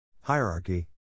Hierarchy